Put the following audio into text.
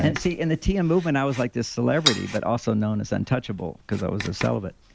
and see, and the tm movement, i was like this celebrity, but also known as untouchable because i was a celibate.